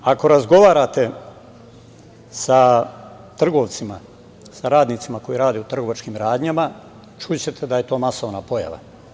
Ako razgovarate sa trgovcima, sa radnicima koji rade u trgovačkim radnjama, čućete da je to masovna pojava.